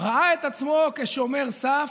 הוא ראה את עצמו כשומר סף,